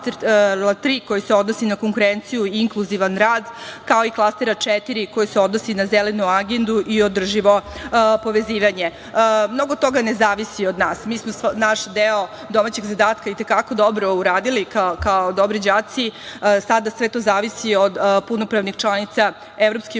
koji se odnosi na konkurenciju i inkluzivan rad, kao i klastera četiri, koji se odnosi na Zelenu agendu i održivo povezivanje. Mnogo toga ne zavisi od nas. Mi smo naš deo domaćeg zadatka i te kako dobro uradili, kao dobri đaci, sada sve to zavisi od punopravnih članica EU